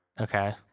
Okay